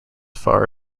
far